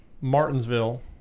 Martinsville